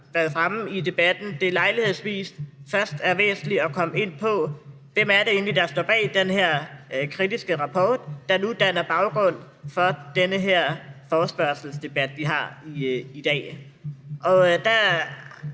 været fremme i debatten, at det lejlighedsvis først er væsentligt at komme ind på, hvem det egentlig er, der står bag den her kritiske rapport, der nu danner baggrund for den her forespørgselsdebat, vi har i dag. Der